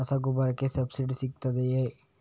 ರಸಗೊಬ್ಬರಕ್ಕೆ ಸಬ್ಸಿಡಿ ಸಿಗುತ್ತದೆಯೇ?